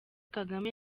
kagame